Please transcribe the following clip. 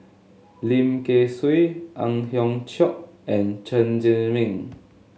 Lim Kay Siu Ang Hiong Chiok and Chen Zhiming